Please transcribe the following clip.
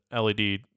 LED